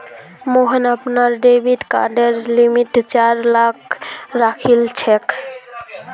मोहन अपनार डेबिट कार्डेर लिमिट चार लाख राखिलछेक